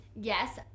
Yes